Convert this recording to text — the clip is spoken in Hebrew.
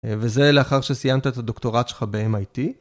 וזה לאחר שסיימת את הדוקטורט שלך ב-MIT.